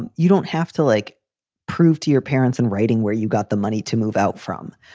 and you don't have to like prove to your parents in writing where you got the money to move out from.